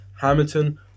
Hamilton